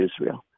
Israel